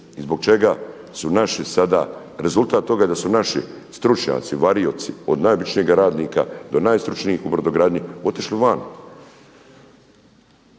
i zbog čega su naši sada rezultat toga je da su naši stručnjaci varioci od najobičnijega radnika do najstručnijih u brodogradnji otišli van.